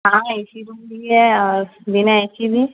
ہاں A C room بھی ہے اور بنا اے سی بھی